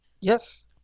Yes